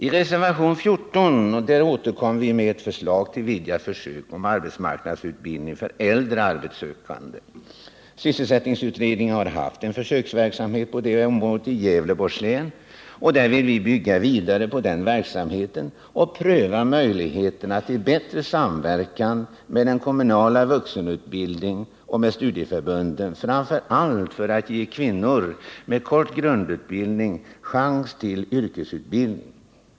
I reservationen 14 återkommer vi med ett förslag till vidgade försök med arbetsmarknadsutbildning för äldre arbetssökande. Sysselsättningsutredningen har haft en försöksverksamhet på det området i Gävleborgs län. Vi vill bygga vidare på den verksamheten och pröva möjligheterna till bättre samverkan med den kommunala vuxenutbildningen och med studieförbunden, framför allt för att ge kvinnor med kort grundutbildning chans till en yrkesutbildning.